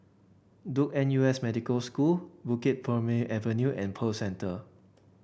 Duke N U S Medical School Bukit Purmei Avenue and Pearl Centre